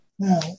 Now